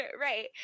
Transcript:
Right